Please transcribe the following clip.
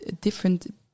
different